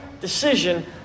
decision